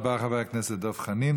תודה רבה, חבר הכנסת דב חנין.